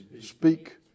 Speak